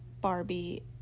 Barbie